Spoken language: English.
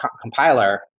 compiler